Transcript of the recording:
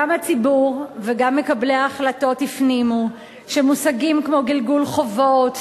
גם הציבור וגם מקבלי ההחלטות הפנימו שמושגים כמו גלגול חובות,